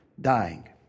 dying